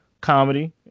comedy